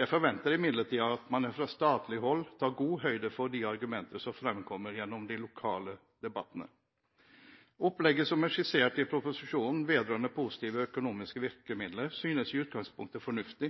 Jeg forventer imidlertid at man fra statlig hold tar god høyde for de argumenter som fremkommer gjennom de lokale debattene. Opplegget som er skissert i proposisjonen vedrørende positive økonomiske virkemidler, synes i utgangspunktet fornuftig,